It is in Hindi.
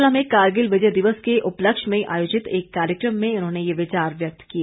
शिमला में कारगिल विजय दिवस के उपलक्ष्य में आयोजित एक कार्यक्रम में उन्होंने ये विचार व्यक्त किए